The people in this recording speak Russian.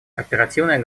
оперативная